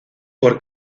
por